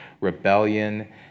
rebellion